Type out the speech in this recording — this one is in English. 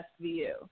SVU